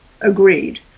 agreed